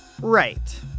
Right